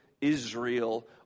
Israel